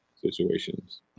situations